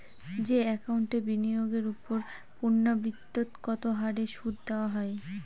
যে একাউন্টে বিনিয়োগের ওপর পূর্ণ্যাবৃত্তৎকত হারে সুদ দেওয়া হয়